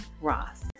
Ross